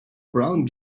brown